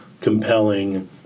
compelling